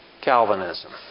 Calvinism